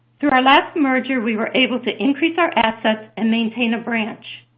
through our last merger, we were able to increase our assets and maintain a branch.